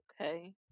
Okay